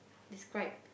describe